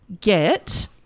get